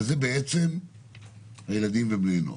וזה בעצם הילדים ובני הנוער,